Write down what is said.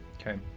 Okay